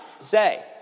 say